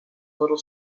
little